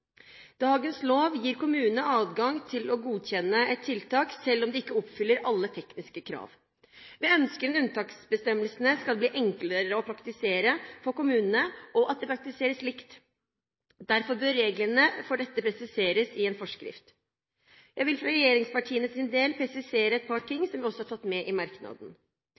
Dagens lov gir kommunene adgang til å godkjenne et tiltak selv om det ikke oppfyller alle tekniske krav. Vi ønsker at unntaksbestemmelsene skal bli enkle å praktisere for kommunene, og at det praktiserers likt. Derfor bør reglene for dette presiseres i en forskrift. Jeg vil fra regjeringspartienes side presisere et par ting som vi også har tatt med i merknaden.